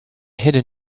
hidden